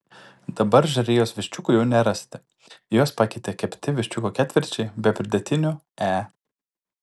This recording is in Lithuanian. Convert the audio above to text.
dabar žarijos viščiukų jau nerasite juos pakeitė kepti viščiukų ketvirčiai be pridėtinių e